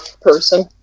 person